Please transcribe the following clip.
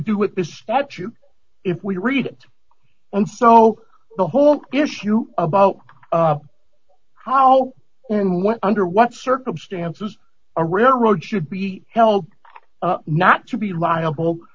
do with the statute if we read and so the whole issue about how and when under what circumstances a railroad should be held not to be liable